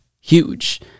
huge